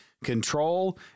control